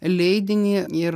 leidinį ir